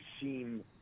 seem